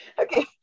Okay